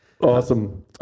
Awesome